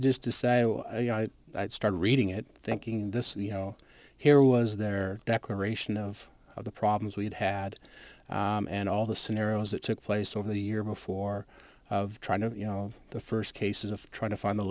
just to say oh you know i started reading it thinking this you know here was their declaration of the problems we had had and all the scenarios that took place over the year before of trying to you know the first cases of trying to find the